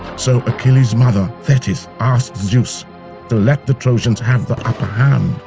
so achilles' mother thetis asks zeus to let the trojans have the upper hand,